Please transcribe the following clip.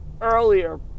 earlier